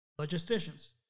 logisticians